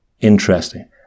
interesting